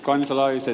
kansalaiset